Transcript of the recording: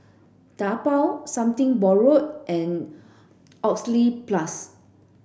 Taobao Something Borrowed and Oxyplus